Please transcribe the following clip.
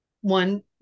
One-